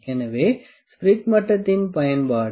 எனவே இது ஸ்பிரிட் மட்டத்தின் பயன்பாடு